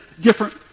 different